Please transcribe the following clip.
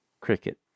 cricket